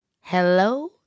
Hello